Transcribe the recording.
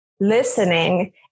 listening